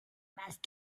must